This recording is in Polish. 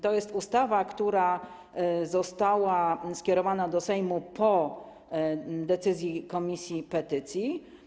To jest ustawa, która została skierowana do Sejmu po decyzji komisji petycji.